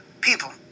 People